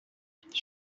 future